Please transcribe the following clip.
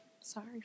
Sorry